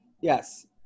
Yes